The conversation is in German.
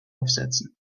aufsetzen